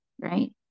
right